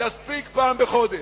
יספיק פעם בחודש.